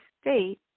state